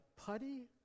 putty